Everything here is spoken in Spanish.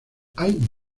hay